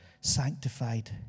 sanctified